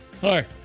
Hi